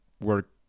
work